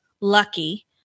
Lucky